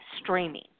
streaming